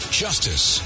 justice